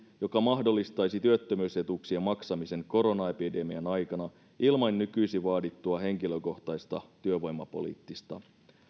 joka mahdollistaisi työttömyysetuuksien maksamisen koronaepidemian aikana ilman nykyisin vaadittua henkilökohtaista työvoimapoliittista